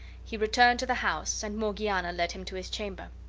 he returned to the house, and morgiana led him to his chamber.